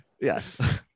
Yes